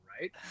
right